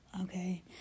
Okay